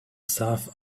stuff